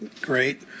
great